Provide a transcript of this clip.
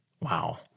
Wow